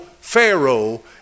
Pharaoh